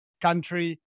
country